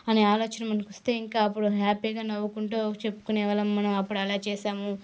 అని ఆలోచన మనకు వస్తే ఇంకా అప్పుడు హ్యాపీగా నవ్వుకుంటూ చెప్పుకునే వాళ్ళం మనం అప్పుడు అలా చేసాము